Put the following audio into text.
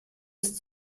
ist